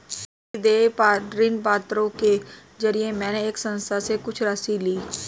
प्रतिदेय ऋणपत्रों के जरिये मैंने एक संस्था से कुछ राशि ली